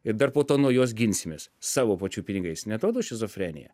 ir dar po to nuo jos ginsimės savo pačių pinigais neatrodo šizofrenija